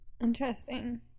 interesting